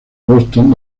boston